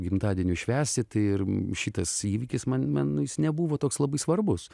gimtadienius švęsti tai ir šitas įvykis man man nu jis nebuvo toks labai svarbus